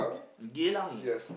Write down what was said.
Geylang